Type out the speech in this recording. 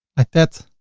like that.